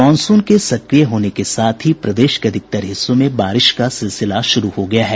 monsoon के सक्रिय होने के साथ ही प्रदेश के अधिकतर हिस्सों में बारिश का सिलसिला शुरू हो गया है